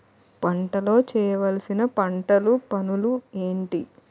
పంటలో చేయవలసిన పంటలు పనులు ఏంటి?